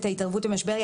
במשבר,